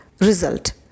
result